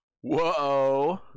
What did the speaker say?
Whoa